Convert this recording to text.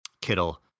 Kittle